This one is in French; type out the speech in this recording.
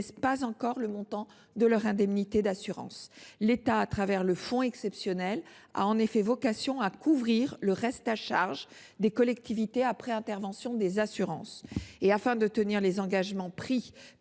pas encore le montant de leur indemnité d’assurance. L’État, à travers ce fonds exceptionnel, a en effet vocation à couvrir le reste à charge des collectivités après intervention des assurances. Afin de tenir les engagements pris